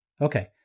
Okay